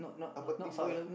apa</malay theme park ah